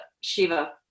Shiva